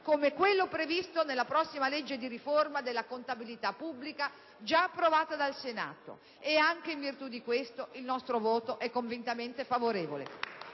come quello previsto nel provvedimento di riforma della contabilità pubblica già approvato dal Senato. Anche in virtù di questo, il nostro voto è convintamente favorevole.